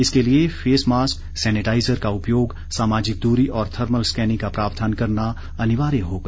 इसके लिए face mask sanitiser का उपयोग सामाजिक दूरी और थर्मल स्कैनिंग का प्रावधान करना अनिवार्य होगा